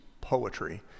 poetry